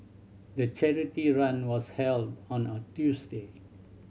the charity run was held on a Tuesday